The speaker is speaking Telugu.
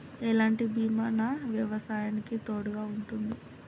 ఎలాంటి బీమా నా వ్యవసాయానికి తోడుగా ఉంటుంది?